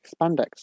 spandex